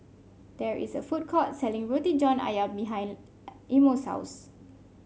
there is a food court selling Roti John ayam behind Imo's house